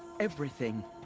everything!